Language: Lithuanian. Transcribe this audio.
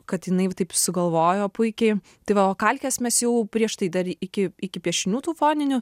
kad jinai taip sugalvojo puikiai tai va o kalkes mes jau prieš tai dar iki iki piešinių tų foninių